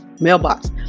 mailbox